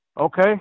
Okay